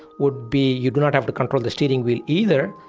would be you do not have to control the steering wheel either.